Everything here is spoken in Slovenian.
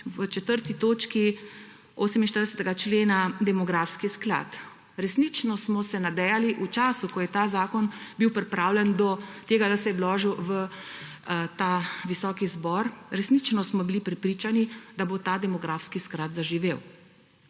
v četrti točki 48. člena demografski sklad. Resnično smo se nadejali v času, ko je ta zakon bil pripravljan, da se je vložil v ta visoki zbor, resnično smo bili prepričani, da bo ta demografski sklad zaživel.